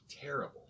terrible